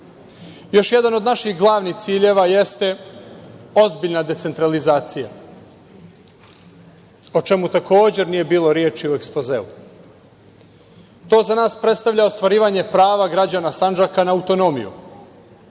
EU? Još jedan od naših glavnih ciljeva jeste ozbiljna decentralizacija, o čemu takođe nije bilo reči u ekspozeu. To za nas predstavlja ostvarivanje prava građana Sandžaka na autonomiju,